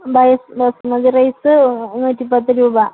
basmati rice നൂറ്റിപ്പത്ത് രൂപ